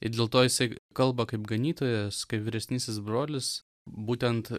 ir dėl to jisai kalba kaip ganytojas kaip vyresnysis brolis būtent